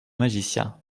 magicien